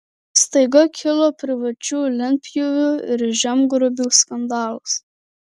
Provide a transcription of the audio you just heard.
staiga kilo privačių lentpjūvių ir žemgrobių skandalas